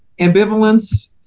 ambivalence